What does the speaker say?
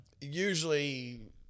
usually